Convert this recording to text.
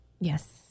Yes